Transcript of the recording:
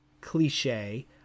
cliche